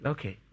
Okay